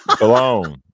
Alone